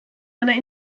einer